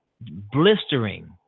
blistering